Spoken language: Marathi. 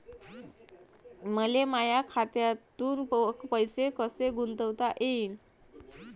मले माया खात्यातून पैसे कसे गुंतवता येईन?